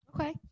okay